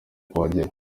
kuhagera